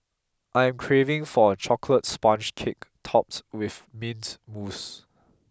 I am craving for a chocolate sponge cake topped with mint mousse